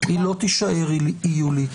היא לא תישאר היולית,